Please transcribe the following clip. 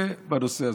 זה בנושא הזה.